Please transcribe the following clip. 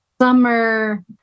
summer